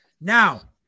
Now